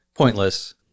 Pointless